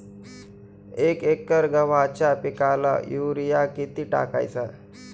एक एकर गव्हाच्या पिकाला युरिया किती टाकायचा?